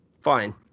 Fine